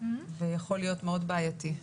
יכול להיות מאוד בעייתי.